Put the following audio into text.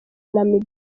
namibia